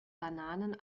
bananen